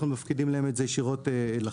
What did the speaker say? אנחנו מפקידים להם את זה ישירות לחשבון,